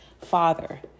father